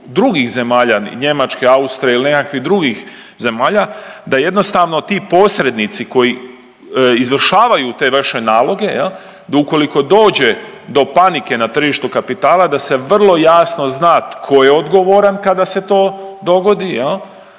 drugih zemalja Njemačke, Austrije ili nekakvih drugih zemalja da jednostavno ti posrednici koji izvršavaju te vaše naloge i ukoliko dođe do panike na tržištu kapitala da se vrlo jasno zna tko je odgovoran kada se to dogodi.